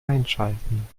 einschalten